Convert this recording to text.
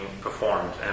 performed